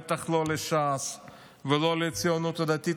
בטח לא לש"ס ולא לציונות הדתית,